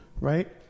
Right